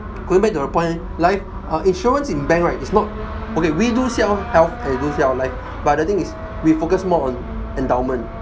going back to the point life uh insurance in bank right is not okay we do sell health and we do sell life but the thing is we focus more on endowment